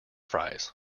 fries